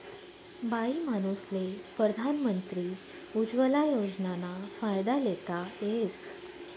बाईमानूसले परधान मंत्री उज्वला योजनाना फायदा लेता येस